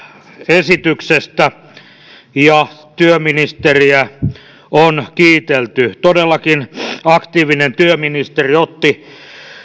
esityksestä ja työministeriä on kiitelty todellakin aktiivinen työministeri otti